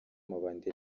amabandi